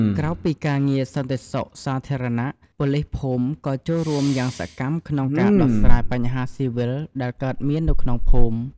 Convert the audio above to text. ក្រៅពីការងារសន្តិសុខសាធារណៈ ប៉ូលីសភូមិក៏ចូលរួមយ៉ាងសកម្មក្នុងការ ដោះស្រាយបញ្ហាស៊ីវិល ដែលកើតមាននៅក្នុងភូមិ។